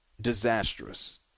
Disastrous